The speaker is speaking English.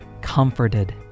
comforted